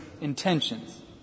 intentions